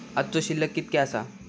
आजचो शिल्लक कीतक्या आसा?